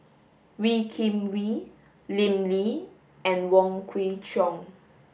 Wee Kim Wee Lim Lee and Wong Kwei Cheong